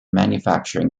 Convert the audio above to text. manufacturing